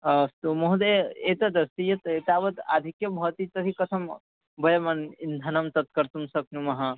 अस्तु महोदय एतदस्ति यत् एतावत् अधिकं भवति तर्हि कथं वयं इन्धनं तत् कर्तुं शक्नुमः